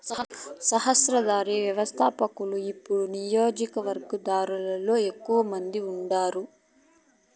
సహస్రాబ్ది వ్యవస్థపకులు యిపుడు వినియోగదారులలో ఎక్కువ మంది ఉండారు